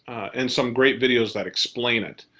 and some great videos that explain it.